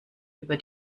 über